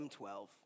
M12